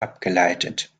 abgeleitet